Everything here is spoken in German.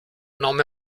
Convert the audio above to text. nahm